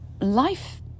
life